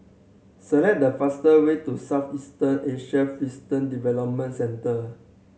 select the fastest way to Southeast Asian Fishery Development Centre